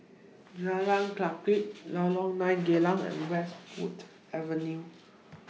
Jalan Kledek Lorong nine Geylang and Westwood Avenue